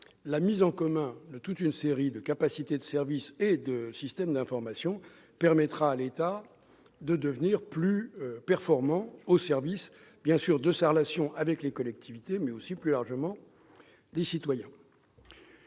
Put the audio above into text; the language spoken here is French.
la mise en commun de toute une série de capacités de service et de systèmes d'information permettra à l'État de devenir plus performant dans sa relation avec les collectivités, mais aussi plus largement avec les citoyens.